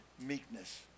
meekness